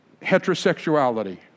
heterosexuality